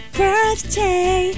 birthday